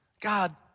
God